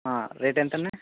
rate ఎంతున్నాయి